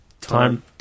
Time